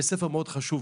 יש ספר מאוד חשוב,